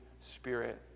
Spirit